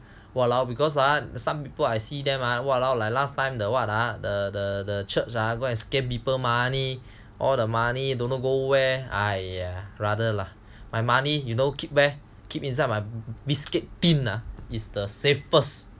!walao! because ah some people I see them ah !walao! like last time the what ah the the the church ah go scam people money all the money don't know go where !aiya! rather lah my money you know keep where keep inside my biscuit tin ah is the safest